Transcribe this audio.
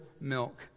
milk